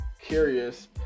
curious